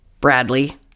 Bradley